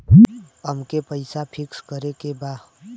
अमके पैसा फिक्स करे के बा?